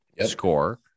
score